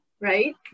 right